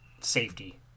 safety